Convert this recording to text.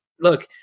look